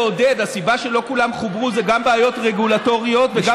הסיבה שלא כולם חוברו זה גם בעיות רגולטוריות וגם כלכליות.